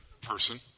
person